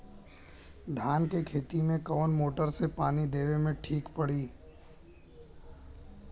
धान के खेती मे कवन मोटर से पानी देवे मे ठीक पड़ी?